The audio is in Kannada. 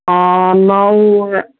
ಆಂ ನಾವು